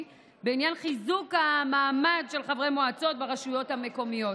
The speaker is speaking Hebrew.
בעניין חיזוק המעמד של חברי מועצות ברשויות המקומיות.